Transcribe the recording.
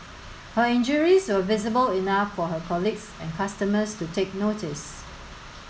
her injuries were visible enough for her colleagues and customers to take notice